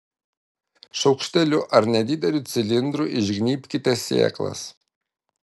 šaukšteliu ar nedideliu cilindru išgnybkite sėklas